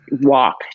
walk